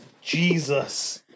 Jesus